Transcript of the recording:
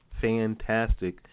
fantastic